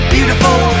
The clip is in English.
Beautiful